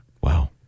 Wow